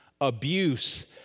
abuse